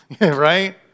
right